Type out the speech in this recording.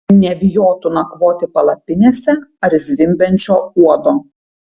nebijotų nakvoti palapinėse ar zvimbiančio uodo